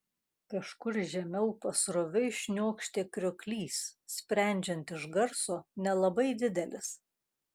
kažkur žemiau pasroviui šniokštė krioklys sprendžiant iš garso nelabai didelis